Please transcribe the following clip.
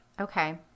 Okay